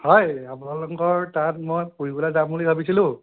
হয় আপোনালোকৰ তাত মই ফুৰিবলৈ যাম বুলি ভাবিছিলোঁ